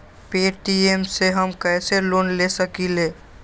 Paytm से हम कईसे लोन ले सकीले?